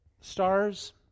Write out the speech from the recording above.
stars